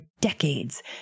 decades